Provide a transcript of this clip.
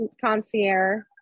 concierge